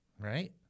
right